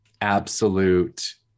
absolute